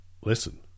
listen